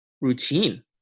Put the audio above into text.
routine